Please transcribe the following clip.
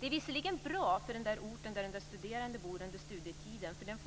Det är visserligen bra för den ort där de studerande bor under studietiden, för den